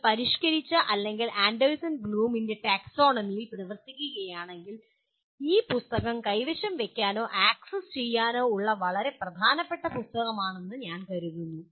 നിങ്ങൾ പരിഷ്കരിച്ച അല്ലെങ്കിൽ ആൻഡേഴ്സൺ ബ്ലൂമിന്റെ ടാക്സോണമിയിൽ പ്രവർത്തിക്കുകയാണെങ്കിൽ ഈ പുസ്തകം കൈവശം വയ്ക്കാനോ ആക്സസ് ചെയ്യാനോ ഉള്ള വളരെ പ്രധാനപ്പെട്ട ഒരു പുസ്തകമാണിതെന്ന് ഞാൻ കരുതുന്നു